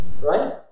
Right